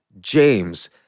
James